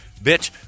bitch